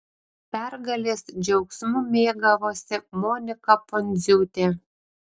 pergalės džiaugsmu mėgavosi monika pundziūtė